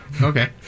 Okay